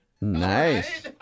Nice